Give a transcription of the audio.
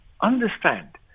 understand